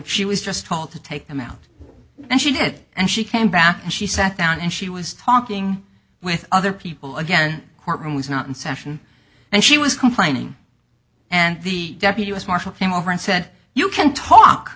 she was just told to take them out and she did and she came back and she sat down and she was talking with other people again courtroom was not in session and she was complaining and the deputy u s marshal came over and said you can talk